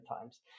times